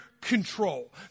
control